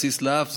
תרסיס לאף,